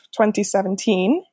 2017